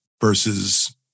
versus